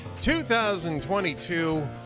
2022